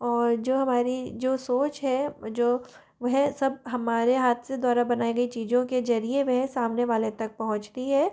और जो हमारी जो सोच है जो वह सब हमारे हाथ से द्वारा बनाई गई चीज़ों के जरिए वह सामने वाले तक पहुँचती है